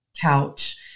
couch